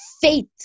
faith